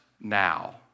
now